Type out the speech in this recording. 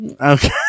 Okay